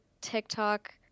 TikTok